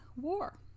war